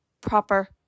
proper